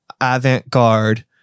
avant-garde